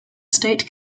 state